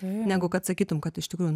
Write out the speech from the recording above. negu kad sakytum kad iš tikrųjų